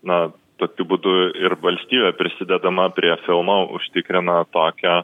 na tokiu būdu ir valstybė prisidedama prie filmo užtikrina tokią